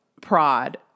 prod